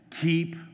Keep